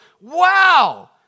wow